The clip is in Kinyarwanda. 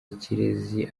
ikirezi